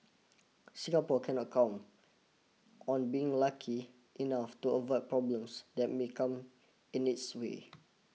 Singapore cannot count on being lucky enough to avoid problems that may come in its way